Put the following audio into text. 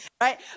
right